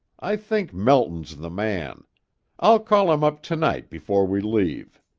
i think melton's the man i'll call him up to-night before we leave.